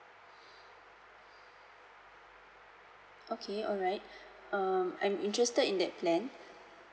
okay alright um I'm interested in that plan